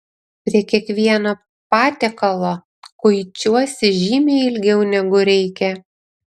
prie kiekvieno patiekalo kuičiuosi žymiai ilgiau negu reikia